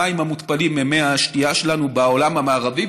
המים המותפלים ממי השתייה שלנו בעולם המערבי,